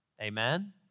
Amen